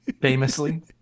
Famously